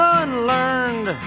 unlearned